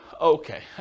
Okay